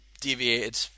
deviated